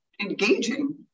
engaging